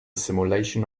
simulation